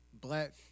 black